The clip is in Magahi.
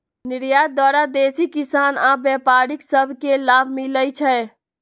निर्यात द्वारा देसी किसान आऽ व्यापारि सभ के लाभ मिलइ छै